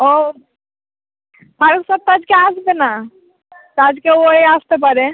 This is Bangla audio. ও ফারুখ স্যার তো আজকে আসবে না তো আজকে ও ইয়ে আসতে পারে